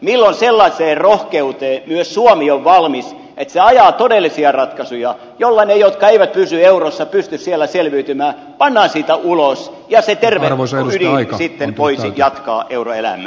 milloin sellaiseen rohkeuteen myös suomi on valmis että se ajaa todellisia ratkaisuja joilla ne jotka eivät pysy eurossa pysty siellä selviytymään pannaan siitä ulos ja se terve ydin sitten voisi jatkaa euroelämää